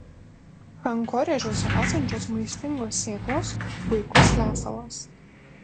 kankorėžiuose esančios maistingos sėklos puikus lesalas